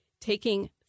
taking